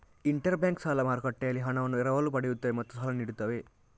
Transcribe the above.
inter bank ಸಾಲ ಮಾರುಕಟ್ಟೆಯಲ್ಲಿ ಹಣವನ್ನು ಎರವಲು ಪಡೆಯುತ್ತವೆ ಮತ್ತು ಸಾಲ ನೀಡುತ್ತವೆ